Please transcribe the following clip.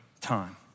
time